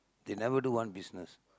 they never do one business